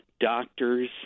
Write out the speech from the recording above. doctors